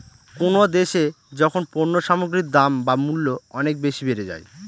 কোনো দেশে যখন পণ্য সামগ্রীর দাম বা মূল্য অনেক বেশি বেড়ে যায়